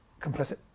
complicit